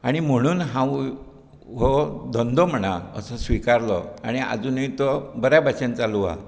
आनी म्हणून हांवूय हो धंदो म्हणा असो स्विकारलो आनी आजूनी तो बऱ्या बशेंन चालू आहा